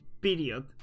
Period